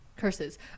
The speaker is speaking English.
Curses